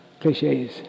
cliches